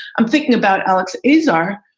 i'm thinking about alex azar,